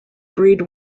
breed